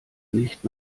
nicht